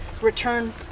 return